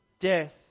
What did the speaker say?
death